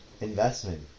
investment